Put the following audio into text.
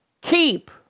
keep